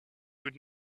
would